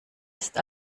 ist